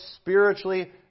spiritually